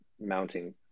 mounting